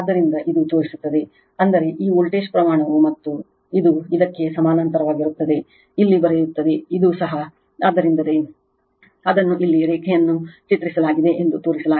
ಆದ್ದರಿಂದ ಇದು ತೋರಿಸುತ್ತದೆ ಅಂದರೆ ಈ ವೋಲ್ಟೇಜ್ ಪ್ರಮಾಣವು ಮತ್ತು ಇದು ಇದಕ್ಕೆ ಸಮಾನಾಂತರವಾಗಿರುತ್ತದೆ ಇಲ್ಲಿ ಬರೆಯುತ್ತದೆ ಇದು ಸಹ ಆದ್ದರಿಂದಲೇ ಅದನ್ನು ಇಲ್ಲಿರೇಖೆಯನ್ನುಚಿತ್ರಿಸಲಾಗಿದೆ ಎಂದು ತೋರಿಸಲಾಗಿದೆ